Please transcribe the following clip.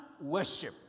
worship